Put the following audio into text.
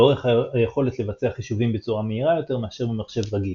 לאור היכולת לבצע חישובים בצורה מהירה יותר מאשר במחשב "רגיל".